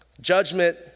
Judgment